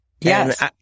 Yes